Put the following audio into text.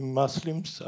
muslims